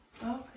Okay